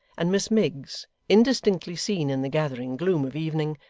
and miss miggs, indistinctly seen in the gathering gloom of evening,